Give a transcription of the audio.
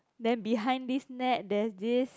then behind this net there's this